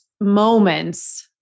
moments